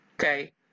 Okay